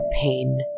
pain